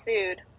sued